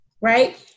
right